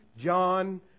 John